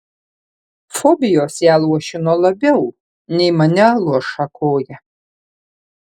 fobijos ją luošino labiau nei mane luoša koja